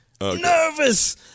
Nervous